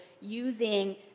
using